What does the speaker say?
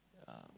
um